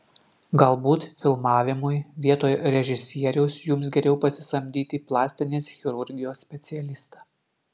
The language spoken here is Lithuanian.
galbūt filmavimui vietoj režisieriaus jums geriau pasisamdyti plastinės chirurgijos specialistą